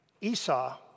Esau